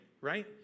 right